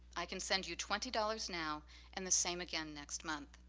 i can send you twenty dollars now and the same again next month.